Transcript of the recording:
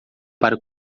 para